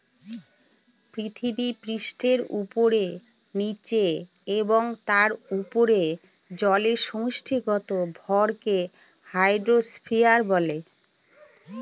পৃথিবীপৃষ্ঠের উপরে, নীচে এবং তার উপরে জলের সমষ্টিগত ভরকে হাইড্রোস্ফিয়ার বলে